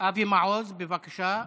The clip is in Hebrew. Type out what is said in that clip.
אבי מעוז, בבקשה.